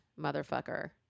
motherfucker